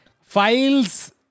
Files